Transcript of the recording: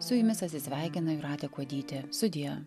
su jumis atsisveikina jūratė kuodytė sudie